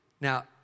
Now